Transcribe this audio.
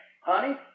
Honey